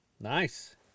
nice